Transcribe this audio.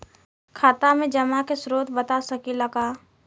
खाता में जमा के स्रोत बता सकी ला का?